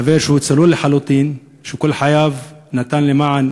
חבר צלול לחלוטין, שכל חייו נתן למען